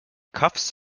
cuffs